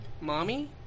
Mommy